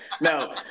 No